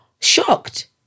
shocked